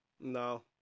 No